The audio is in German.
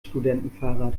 studentenfahrrad